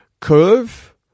curve